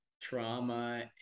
trauma